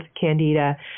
candida